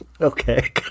okay